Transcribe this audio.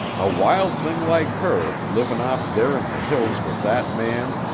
a wild thing like her, livin' off there in the hills with that man,